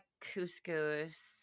couscous